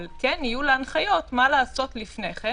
כן יהיו לה הנחיות מה לעשות לפני כן,